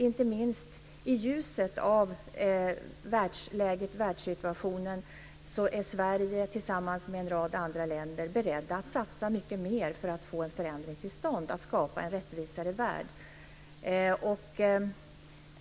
Inte minst i ljuset av världsläget, av världssituationen, är Sverige tillsammans med en rad andra länder beredda att satsa mycket mer för att få en förändring till stånd för att skapa en rättvisare värld.